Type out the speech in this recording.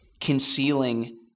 concealing